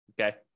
okay